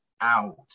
out